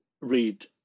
read